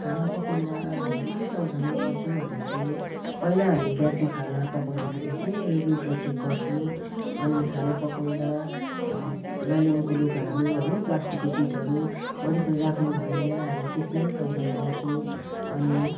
खाना पकाउँदा हामी के सावधानी गर्छौँ भन्दा चाहिँ पहिला हामी ग्यासमा खाना पकाउँदाखेरि चाहिँ रेगुलेटर चेक गर्छौँ अनि खाना पकाउँदा नाइलोनको लुगाहरू हैन प्लास्टिकको चिजहरू वरिपरि राख्नुभएन हामी त्यसमै सावधानी गर्छौँ अनि